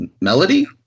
Melody